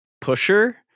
Pusher